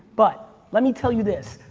but let me tell you this.